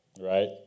right